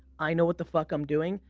i know what the fuck i'm doing,